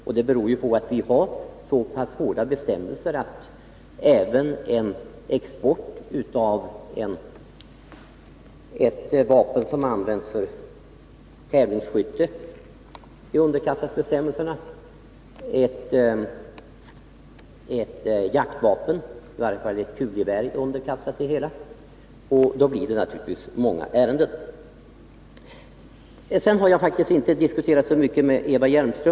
Detta beror på att vi har så pass hårda bestämmelser att även export av ett vapen som används för tävlingsskytte är underkastad bestämmelserna, liksom jaktvapen, i varje fall kulgevär. Då blir det naturligtvis många ärenden. Jag har inte diskuterat så mycket med Eva Hjelmström.